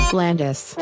Blandis